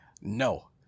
no